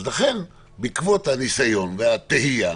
לכן, בעקבות הניסיון והתהייה